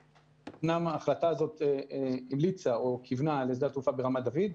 אומנם ההחלטה הזאת כיוונה לשדה התעופה ברמת דוד,